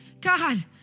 God